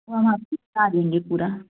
वो हम आप से बता देंगे पूरा